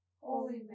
Holy